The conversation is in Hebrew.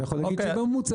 אתה יכול להגיד שהיא בממוצע,